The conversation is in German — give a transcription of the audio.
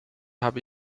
habe